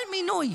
כל מינוי,